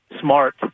smart